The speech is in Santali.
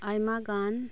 ᱟᱭᱢᱟ ᱜᱟᱱ